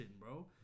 bro